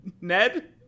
Ned